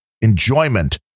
Enjoyment